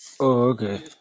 okay